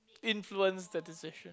influent the decision